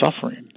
suffering